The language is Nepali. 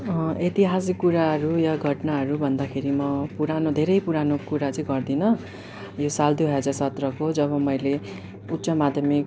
ऐतिहाजिक कुराहरू या घटनाहरू भन्दाखेरि म पुरानो धेरै पुरानो कुरा चाहिँ गर्दिनँ यो साल दुई हजार सत्रको जब मैले उच्च माध्यमिक